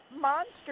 Monster